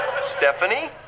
Stephanie